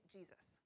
Jesus